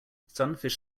sunfish